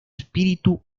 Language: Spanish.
espíritu